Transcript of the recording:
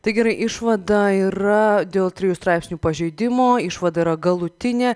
tai gerai išvada yra dėl trijų straipsnių pažeidimo išvada yra galutinė